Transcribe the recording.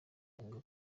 yanga